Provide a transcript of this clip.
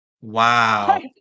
Wow